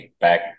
back